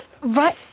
Right